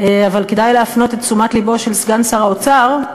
אבל כדאי להפנות את תשומת לבו של סגן שר האוצר,